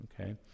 okay